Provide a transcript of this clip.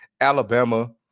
Alabama